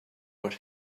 what